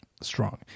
strong